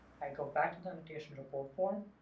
i go back to the annotation report form,